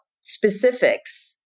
specifics